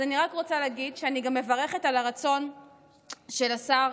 אז אני רק רוצה להגיד שאני מברכת על הרצון של השר